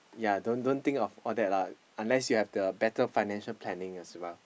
ya don't don't think of all that lah unless you have the better financial planning as well